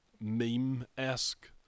meme-esque